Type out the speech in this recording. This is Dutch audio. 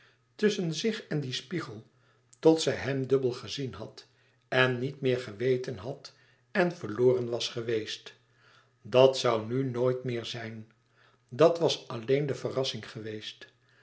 tusschen zich en dien spiegel tot zij hem dubbel gezien had en niet meer wist en verloren was geweest dat zoû nu nooit meer zijn dat was alleen de verrassing geweest